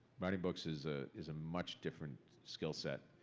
writing books is ah is a much different skill set,